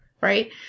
right